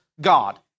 God